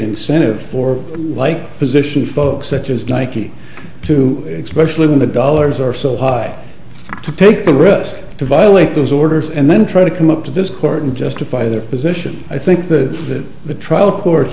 incentive for like position folks such as like you to expression when the dollars are so high to take the risk to violate those orders and then try to come up to this court and justify their position i think that the trial cour